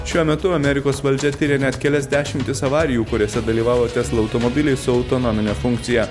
šiuo metu amerikos valdžia tiria net kelias dešimtis avarijų kuriose dalyvavo tesla automobiliai su autonomine funkcija